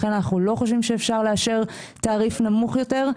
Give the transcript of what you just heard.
לכן אנו לא חושבים שאפשר לאשר תעריף נמוך יותר.